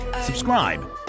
subscribe